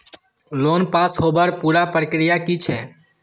Loan pass होबार पुरा प्रक्रिया की छे?